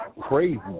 Crazy